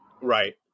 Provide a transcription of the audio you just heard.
Right